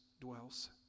dwells